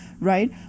right